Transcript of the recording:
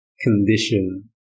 condition